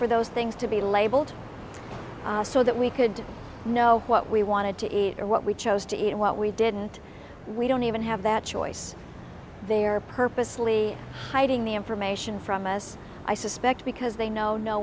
for those things to be labeled so that we could know what we wanted to eat or what we chose to eat what we didn't we don't even have that choice they are purposely hiding the information from us i suspect because they know no